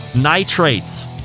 nitrates